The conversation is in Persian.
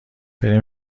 بریم